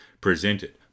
presented